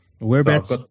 Whereabouts